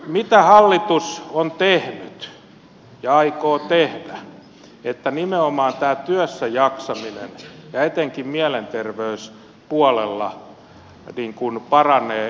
mitä hallitus on tehnyt ja aikoo tehdä että nimenomaan tämä työssäjaksaminen etenkin mielenterveyspuolella paranee